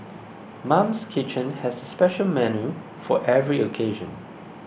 Mum's Kitchen has a special menu for every occasion